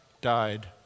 died